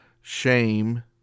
shame